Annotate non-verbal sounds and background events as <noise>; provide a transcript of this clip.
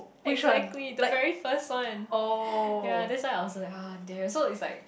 exactly the very first one <breath> ya that's why I was like !huh! damn so it's like